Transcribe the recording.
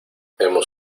hemos